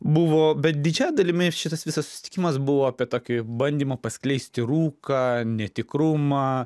buvo bet didžia dalimi šitas visas susitikimas buvo apie tokį bandymą paskleisti rūką netikrumą